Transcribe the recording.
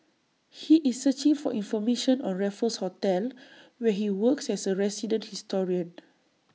he is searching for information on Raffles hotel where he works as A resident historian